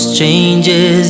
changes